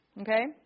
Okay